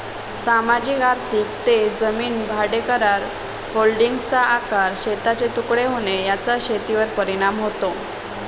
सामाजिक आर्थिक ते जमीन भाडेकरार, होल्डिंग्सचा आकार, शेतांचे तुकडे होणे याचा शेतीवर परिणाम होतो